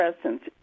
presence